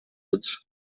ulls